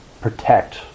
protect